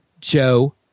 Joe